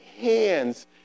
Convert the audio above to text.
hands